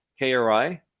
KRI